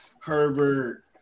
Herbert